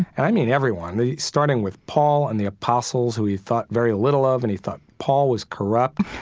and i mean everyone, starting with paul and the apostles, who he thought very little of and he thought paul was corrupt.